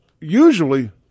usually